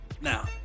Now